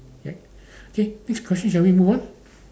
ya okay next question shall we move on